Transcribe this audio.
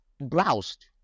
browsed